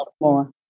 more